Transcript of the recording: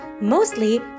mostly